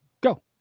Go